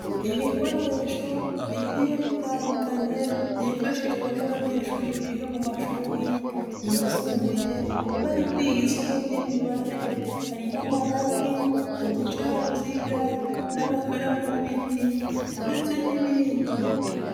Ibikoresho bigiye bitandukanye, byifashishwa n'abanyeshuri biga mu mashuri yisumbuye, bari kwiga isomo ry'imibare. Harimo amarati, uducaruziga n'amakaramu y'ibiti ndetse n'ibindi.